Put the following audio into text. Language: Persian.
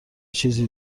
چیزی